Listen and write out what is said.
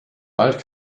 bald